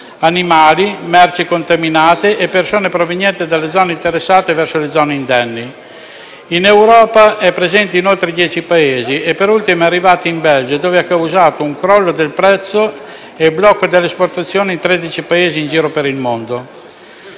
animali, merci contaminate e persone provenienti dalle zone interessate verso le zone indenni. In Europa è presente in oltre dieci Paesi e da ultimo è arrivata in Belgio, dove ha causato un crollo del prezzo e il blocco delle esportazioni in tredici Paesi in giro per il mondo.